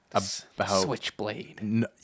Switchblade